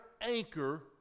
anchor